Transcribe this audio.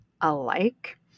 alike